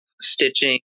stitching